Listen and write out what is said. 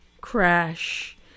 crash